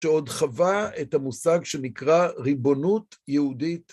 שעוד חווה את המושג שנקרא ריבונות יהודית.